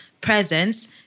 presence